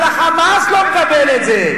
אבל ה"חמאס" לא מקבל את זה.